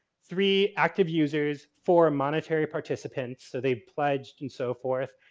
three active users, four monetary participants, so, they've pledged, and so forth.